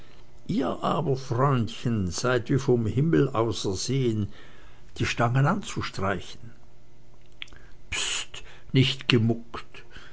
ihr aber freundchen seid wie vom himmel ausersehen die stangen anzustreichen bst nicht